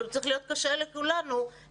אבל הוא צריך להיות קשה לכולנו ואני